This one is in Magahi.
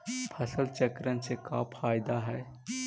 फसल चक्रण से का फ़ायदा हई?